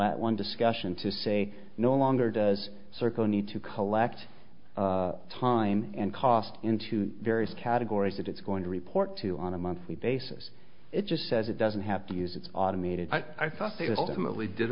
let one discussion to say no longer does circle need to collect time and cost into various categories that it's going to report to on a monthly basis it just says it doesn't have to use its automated i